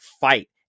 fight